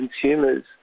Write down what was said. consumers